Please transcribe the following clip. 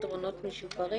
לפתרונות משופרים.